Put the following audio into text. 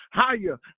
higher